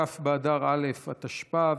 כ' באדר א' התשפ"ב,